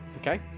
Okay